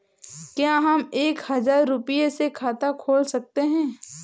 क्या हम एक हजार रुपये से खाता खोल सकते हैं?